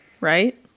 right